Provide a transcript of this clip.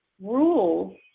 rules